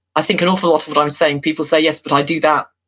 i think an awful lot of what i'm saying, people say, yes, but i do that